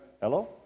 Hello